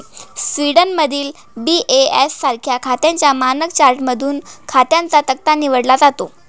स्वीडनमधील बी.ए.एस सारख्या खात्यांच्या मानक चार्टमधून खात्यांचा तक्ता निवडला जातो